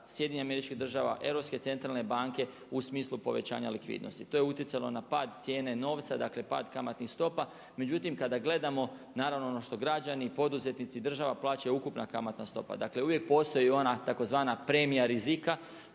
velikih poteza SAD-a, Europske centralne banke u smislu povećanja likvidnosti. To je utjecalo na pad cijene novca, dakle pad kamatnih stopa. Međutim, kada gledamo, naravno ono što građani i poduzetnici, država plaćaju, ukupna kamatna stopa. Dakle uvijek postoji i ona tzv. premija rizika